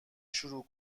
شروع